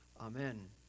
Amen